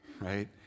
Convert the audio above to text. right